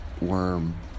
worm